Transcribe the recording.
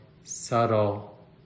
subtle